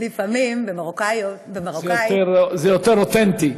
לפעמים במרוקאית, זה יותר אותנטי.